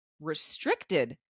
restricted